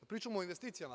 Pričamo o investicijama?